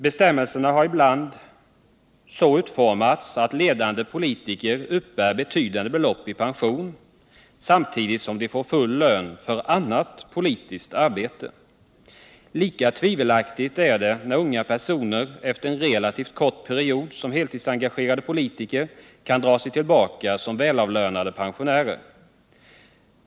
Bestämmelserna har ibland så utformats att ledande politiker uppbär betydande belopp i pension samtidigt som de får full lön för annat politiskt arbete. Lika tvivelaktigt är det när unga personer efter en relativt kort period som heltidsengagerade politiker kan dra sig tillbaka som välavlönade pensionärer.